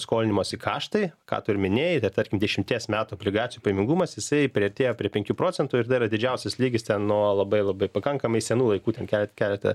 skolinimosi kaštai ką tu ir minėjai tarkim dešimties metų obligacijų pajamingumas jisai priartėjo prie penkių procentų ir tai yra didžiausias lygis nuo labai labai pakankamai senų laikų ten keletą